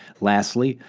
lastly,